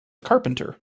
carpenter